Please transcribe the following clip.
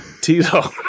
Tito